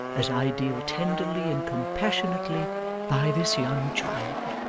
as i deal tenderly and compassionately by this young child